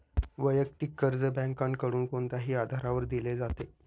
वैयक्तिक कर्ज बँकांकडून कोणत्याही आधारावर दिले जाते